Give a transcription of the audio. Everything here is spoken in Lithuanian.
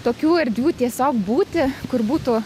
tokių erdvių tiesiog būti kur būtų